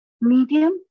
Medium